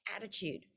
attitude